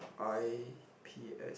I_P_S